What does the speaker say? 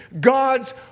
God's